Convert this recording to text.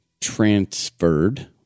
transferred